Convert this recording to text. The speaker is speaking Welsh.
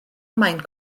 maen